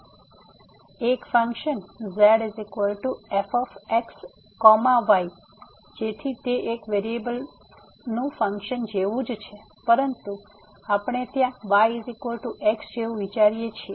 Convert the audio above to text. તેથી એક function z f x y જેથી તે એક વેરીએબલનું ફંક્શન જેવું જ છે પરંતુ આપણે ત્યાં y x જેવું વિચારીએ છીએ